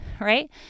right